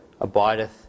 abideth